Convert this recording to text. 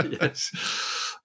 Yes